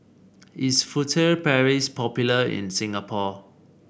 is Furtere Paris popular in Singapore